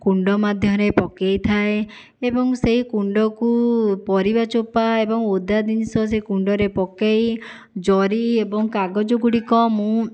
କୁଣ୍ଡ ମଧ୍ୟରେ ପକାଇଥାଏ ଏବଂ ସେହି କୁଣ୍ଡକୁ ପରିବା ଚୋପା ଏବଂ ଓଦା ଜିନିଷ ସେହି କୁଣ୍ଡରେ ପକେଇ ଜରି ଏବଂ କାଗଜ ଗୁଡ଼ିକ ମୁଁ